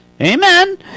Amen